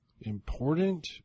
important